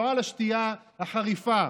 לא על השתייה החריפה.